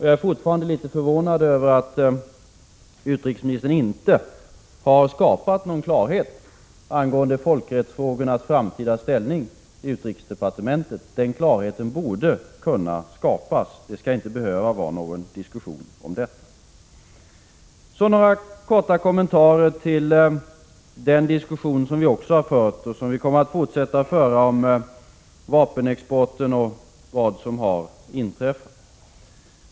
Jag är fortfarande litet förvånad över att utrikesministern inte har skapat någon klarhet angående folkrättsfrågornas framtida ställning i utrikesdepartementet. Den klarheten borde kunna skapas. Det skall inte behöva vara någon diskussion om den. Jag vill ge några korta kommentarer till den diskussion som vi också har fört, och som vi kommer att fortsätta att föra, om vapenexporten och om vad som har inträffat.